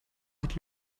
hat